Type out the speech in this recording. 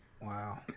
Wow